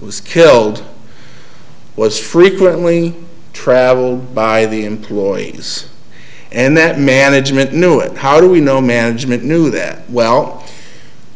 was killed was frequently traveled by the employees and that management knew it how do we know management knew that well